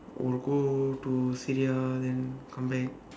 will go to syria then come back